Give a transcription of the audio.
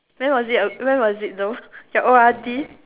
when was it when was it though your O_R_D